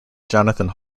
jonathan